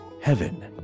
Heaven